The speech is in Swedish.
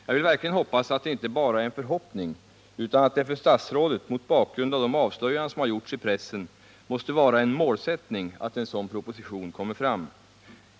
Jag vill verkligen hoppas att det inte bara är en förhoppning, utan att det för statsrådet — mot bakgrund av de avslöjanden som har gjorts i pressen — måste vara en målsättning att en sådan proposition kommer fram.